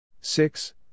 Six